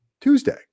Tuesday